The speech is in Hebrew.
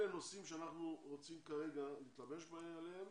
אלה נושאים שאנחנו כרגע רוצים להתלבש עליהם